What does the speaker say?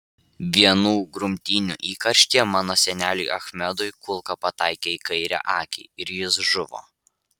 vienų grumtynių įkarštyje mano seneliui achmedui kulka pataikė į kairę akį ir jis žuvo